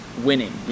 winning